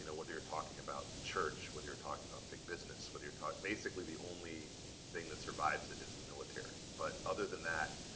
and whether you're talking about the church, whether you're talking about big business, whether your talking basically the only thing that survives it is the military. but other than that,